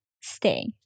stay